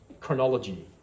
chronology